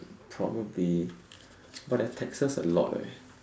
probably but their taxes a lot eh